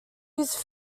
used